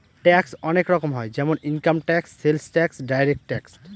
tax অনেক রকম হয় যেমন income tax, sales tax, direct tax